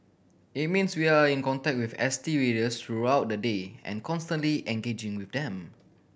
it means we are in contact with S T readers throughout the day and constantly engaging with them